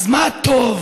אז מה טוב.